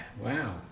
Wow